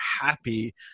happy